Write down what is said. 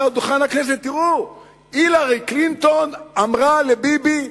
דוכן הכנסת שהילרי קלינטון אמרה לביבי: